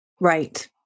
Right